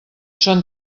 són